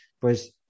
pues